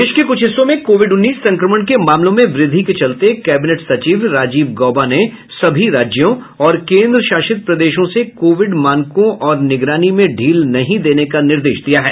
देश के कुछ हिस्सों में कोविड उन्नीस संक्रमण के मामलों में वृद्धि के चलते कैबिनेट सचिव राजीव गौबा ने सभी राज्यों और केन्द्र शासित प्रदेशों से कोविड मानकों और निगरानी में ढील नहीं देने का निर्देश दिया है